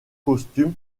costume